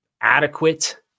adequate